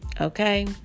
okay